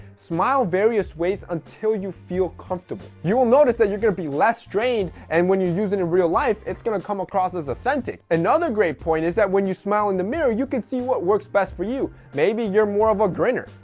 smile various ways until you feel comfortable. you will notice that you're gonna be less strained and when you're using in real life it's gonna come across as authentic. another great point is that when you smile in the mirror you can see what works best for you. maybe you're more of a grinner,